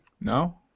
No